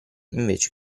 invece